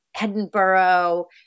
Edinburgh